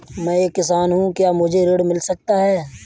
मैं एक किसान हूँ क्या मुझे ऋण मिल सकता है?